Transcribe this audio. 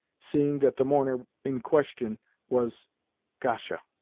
seeing that the mourner in question was gasha!